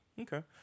Okay